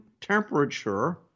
temperature